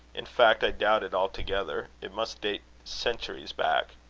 in fact i doubt it altogether. it must date centuries back.